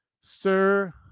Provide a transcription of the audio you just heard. Sir